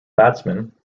batsman